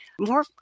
more